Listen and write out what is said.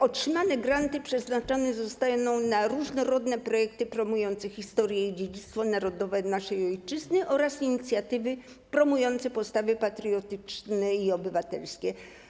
Otrzymane granty przeznaczone zostaną na różnorodne projekty promujące historię i dziedzictwo narodowe naszej ojczyzny oraz inicjatywy promujące postawy patriotyczne i obywatelskie.